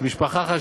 של משפחה אחת,